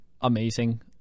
amazing